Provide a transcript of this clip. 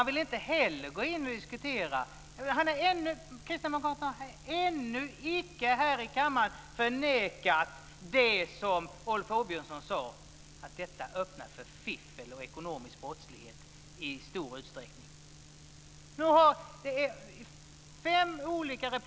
Vidare har kristdemokraterna ännu icke här i kammaren förnekat det som Rolf Åbjörnsson sade: att detta öppnar för fiffel och ekonomisk brottslighet i stor utsträckning.